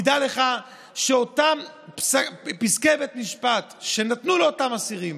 תדע לך שאותם פסקי בית משפט שנתנו לאותם אסירים,